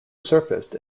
surfaced